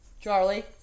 Charlie